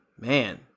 man